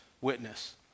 witness